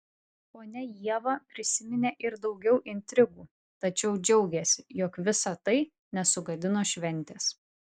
ponia ieva prisiminė ir daugiau intrigų tačiau džiaugėsi jog visa tai nesugadino šventės